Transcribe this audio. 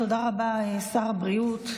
תודה רבה, שר הבריאות.